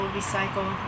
recycle